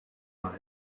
night